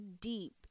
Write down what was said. deep